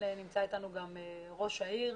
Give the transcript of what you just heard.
נמצא אתנו ראש העיר,